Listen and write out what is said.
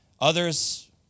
Others